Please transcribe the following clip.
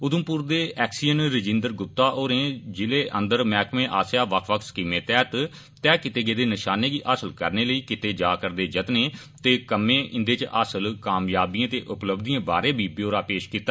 उधमप्र दे एक्सीएन रजिन्दर ग्प्ता होरें जिले अंदर मैहकमे आसेया बक्ख बक्ख स्कीमें तैहत तैह कीते गेदे नशाने गी हासल करने लेई कीते जा रदे जत्तनें ते कन्ने इन्दे च हासल कामयाबियें ते उपलब्धियें बारै बी ब्योरा पेश कीता